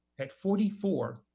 at forty four,